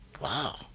Wow